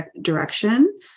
direction